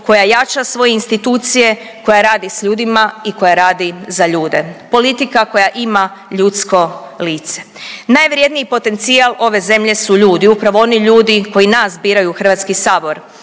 koja jača svoje institucije, koja radi s ljudima i koja radi za ljude, politika koja ima ljudsko lice. Najvrjedniji potencijal ove zemlje su ljudi, upravo oni ljudi koji nas biraju u HS i stoga